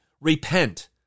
repent